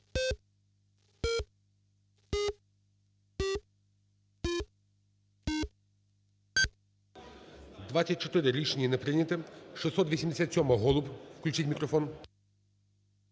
За-24 Рішення не прийнято. 687-а, Голуб. Включіть мікрофон.